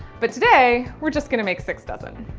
but today we're just going to make six dozen.